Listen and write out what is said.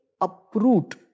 uproot